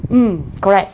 mm correct